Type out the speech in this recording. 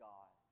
God